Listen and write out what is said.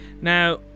Now